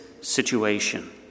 situation